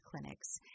clinics